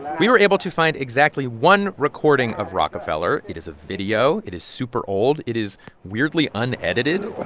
we were able to find exactly one recording of rockefeller. it is a video. it is super-old. it is weirdly unedited